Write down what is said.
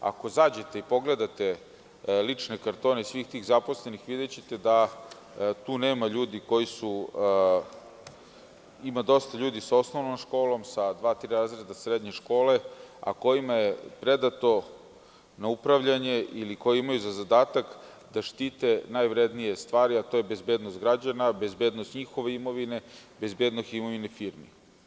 Ako zađete i pogledate lične kartone svih tih zaposlenih, videćete da tu ima dosta ljudi sa osnovnom školom, sa dva, tri razreda srednje škole, a kojima je predato na upravljanje ili koji imaju za zadatak da štite najvrednije stvari, a to je bezbednost građana, bezbednost njihove imovine, bezbednost imovine firmi.